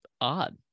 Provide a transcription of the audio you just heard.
odd